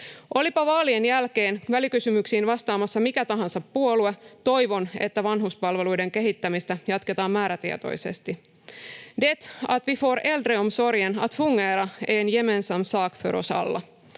Olipa vaalien jälkeen välikysymyksiin vastaamassa mikä tahansa puolue, toivon, että vanhuspalveluiden kehittämistä jatketaan määrätietoisesti. Det att vi får äldreomsorgen att fungera är en gemensam sak för oss alla.